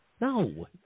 No